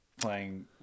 playing